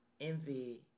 Envy